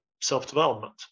self-development